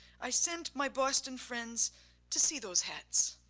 i sent my boston friends to see those hats.